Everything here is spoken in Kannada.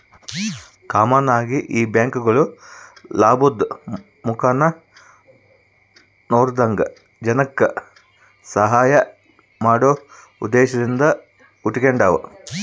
ಕಾಮನ್ ಆಗಿ ಈ ಬ್ಯಾಂಕ್ಗುಳು ಲಾಭುದ್ ಮುಖಾನ ನೋಡದಂಗ ಜನಕ್ಕ ಸಹಾಐ ಮಾಡೋ ಉದ್ದೇಶದಿಂದ ಹುಟಿಗೆಂಡಾವ